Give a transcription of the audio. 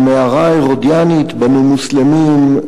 במערה ההרודיאנית בנו מוסלמים,